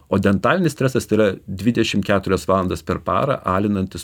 o dentalinis stresas tai yra dvidešim keturias valandas per parą alinantis